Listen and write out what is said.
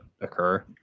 occur